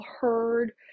heard